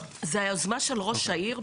זה היוזמה של ראש העיר למעשה?